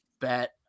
bet